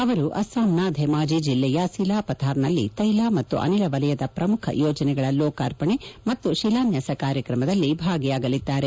ಅವರು ಅಸ್ಲಾಂನ ಧೆಮಾಜಿ ಜಿಲ್ಲೆಯ ಸಲಾಪಥಾರ್ನಲ್ಲಿ ತೈಲ ಮತ್ತು ಅನಿಲ ವಲಯದ ಪ್ರಮುಖ ಯೋಜನೆಗಳ ಲೋಕಾರ್ಪಣೆ ಮತ್ತು ಶಿಲಾನ್ಲಾಸ ಕಾರ್ಯಕ್ರಮದಲ್ಲಿ ಭಾಗಿಯಾಗಲಿದ್ದಾರೆ